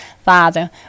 Father